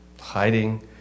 hiding